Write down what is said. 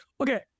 okay